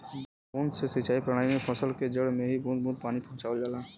बूंद से सिंचाई प्रणाली में फसल क जड़ में ही बूंद बूंद पानी पहुंचावल जाला